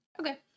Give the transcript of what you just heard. Okay